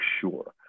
sure